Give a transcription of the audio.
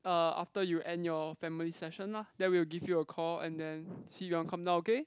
uh after you end your family session lah then we'll give you a call and then see you want come down okay